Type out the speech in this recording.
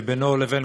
שבינו לבין